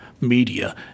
media